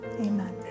amen